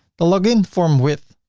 the login form width,